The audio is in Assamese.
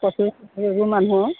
কচু চচু এইবোৰ মানুহৰ